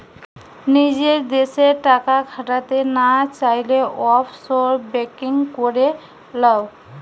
নিজের দেশে টাকা খাটাতে না চাইলে, অফশোর বেঙ্কিং করে লাও